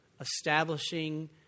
establishing